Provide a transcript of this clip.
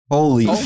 Holy